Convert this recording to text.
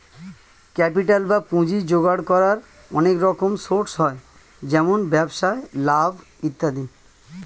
capital বা পুঁজি জোগাড় করার অনেক রকম সোর্স হয়, যেমন ব্যবসায় লাভ ইত্যাদি